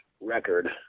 record